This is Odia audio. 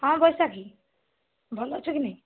ହଁ ବୈଶାଖୀ ଭଲ ଅଛୁ କି ନାହିଁ